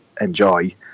enjoy